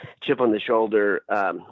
chip-on-the-shoulder